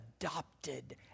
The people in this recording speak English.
adopted